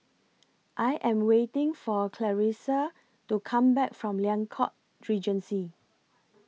I Am waiting For Clarisa to Come Back from Liang Court Regency